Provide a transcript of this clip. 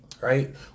Right